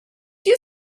you